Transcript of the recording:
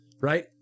right